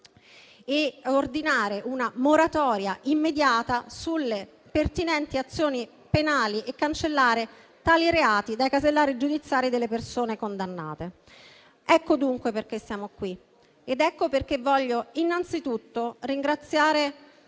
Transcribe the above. ordinare una moratoria immediata sulle pertinenti azioni penali e cancellare tali reati dai casellari giudiziari delle persone condannate. Ecco dunque perché siamo qui ed ecco perché voglio, innanzitutto, ringraziare